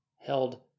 held